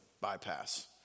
bypass